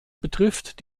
betrifft